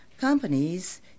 Companies